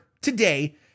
today